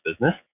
business